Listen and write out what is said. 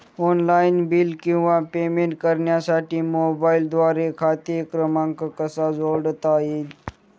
Online bill किंवा payment करण्यासाठी मोबाईलद्वारे खाते क्रमांक कसा जोडता येईल?